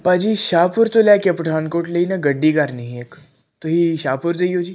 ਭਾਅ ਜੀ ਸ਼ਾਹਪੁਰ ਤੋਂ ਲੈ ਕੇ ਪਠਾਨਕੋਟ ਲਈ ਨਾ ਗੱਡੀ ਕਰਨੀ ਹੈ ਇੱਕ ਤੁਸੀਂ ਸ਼ਾਹਪੁਰ ਦੇ ਹੀ ਹੋ ਜੀ